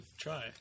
try